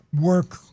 work